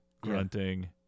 grunting